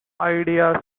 ideas